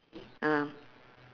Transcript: ah